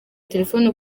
telefone